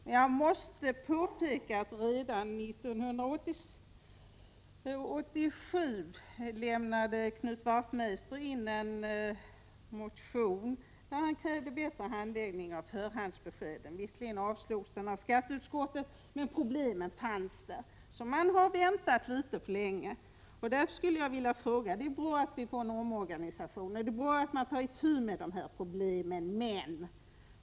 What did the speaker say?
Men jag måste påpeka att Knut Wachtmeister redan 1987 väckte en motion i vilken han krävde bättre handläggning av förhandsbeskeden. Visserligen avstyrktes motionen av skatteutskottet, men problemet fanns där. Man har således väntat litet för länge. Men det är bra att en omorganisation nu kommer att ske och att man tar itu med dessa problem.